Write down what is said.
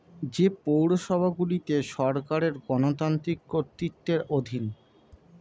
যে পৌরসভাগুলি সরকারের গণতান্ত্রিক কর্তৃত্বের অধীন